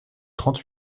trente